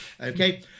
Okay